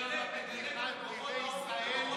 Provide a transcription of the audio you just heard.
ממשלה שקמה בתמיכת אויבי ישראל היא